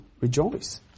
rejoice